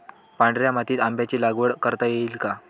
पांढऱ्या मातीत आंब्याची लागवड करता येईल का?